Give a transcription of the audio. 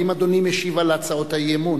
לא.